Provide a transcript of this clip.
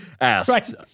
asked